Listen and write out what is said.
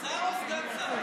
רגע, סגן שר או שר?